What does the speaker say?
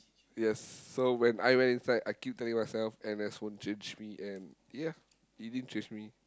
yes so when I went inside I keep telling myself N_S won't change me and ya it didn't change me